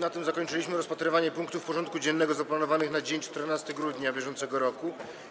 Na tym zakończyliśmy rozpatrywanie punktów porządku dziennego zaplanowanych na dzień 14 grudnia br.